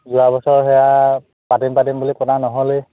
যোৱা বছৰ সেয়া পাতিম পাতিম বুলি পতা নহ'লেই